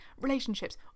relationships